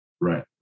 Right